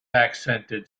accented